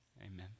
Amen